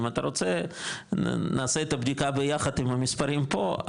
אם אתה רוצה נעשה את הבדיקה ביחד עם המספרים פה,